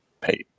pay